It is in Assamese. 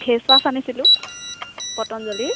ফেচ ৱাশ্ব আনিছিলোঁ পটঞ্জলিৰ